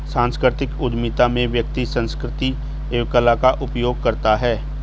सांस्कृतिक उधमिता में व्यक्ति संस्कृति एवं कला का उपयोग करता है